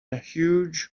huge